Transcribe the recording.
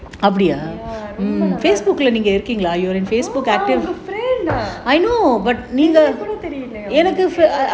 ya பெரு கூட தெரியுமே:peru kuda teriyumae